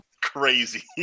crazy